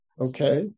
Okay